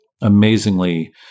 amazingly